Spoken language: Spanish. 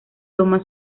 toma